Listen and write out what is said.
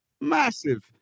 massive